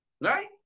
right